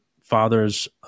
fathers